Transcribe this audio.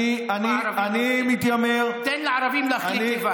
אני מתיימר, תן לערבים להחליט לבד.